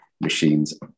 machines